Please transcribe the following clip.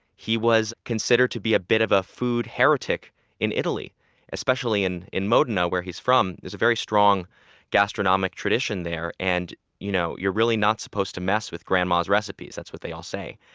he was considered to be a bit of a food heretic in italy especially in in modena, where he's from. there's a very strong gastronomic tradition there. and you know you're really not supposed to mess with grandma's recipes. that's what they all say.